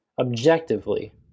objectively